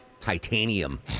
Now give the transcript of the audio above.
titanium